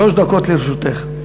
שלוש דקות לרשותך.